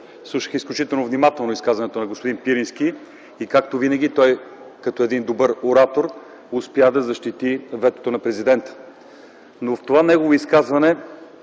Слушах изключително внимателно изказването на господин Пирински. Както винаги, като един добър оратор той успя да защити ветото на президента. Но в неговото изказване